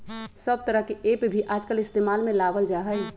सब तरह के ऐप भी आजकल इस्तेमाल में लावल जाहई